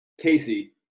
Casey